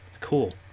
cool